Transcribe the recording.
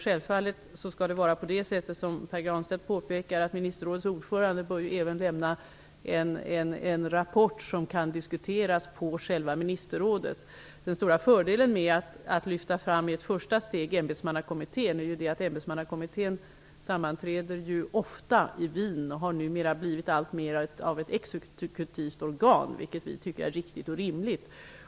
Självfallet skall det vara så, som Pär Granstedt påpekar, att ministerrådets ordförande även bör lämna en rapport som kan diskuteras på ministerrådet. Den stora fördelen med att i ett första steg lyfta fram ämbetsmannakommittén är att denna ofta sammanträder i Wien och har blivit alltmer av ett exekutivt organ, vilket jag tycker är riktigt och rimligt.